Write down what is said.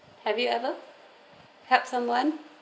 have you ever helped someone